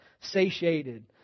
satiated